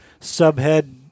subhead